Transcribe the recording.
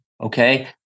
Okay